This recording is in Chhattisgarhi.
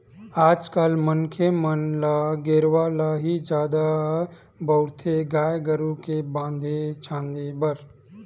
आज कल मनखे मन ल गेरवा ल ही जादा बउरथे गाय गरु के बांधे छांदे बर